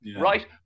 right